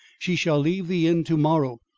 she shall leave the inn to-morrow.